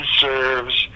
serves